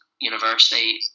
university